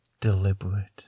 deliberate